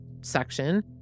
section